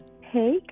Hey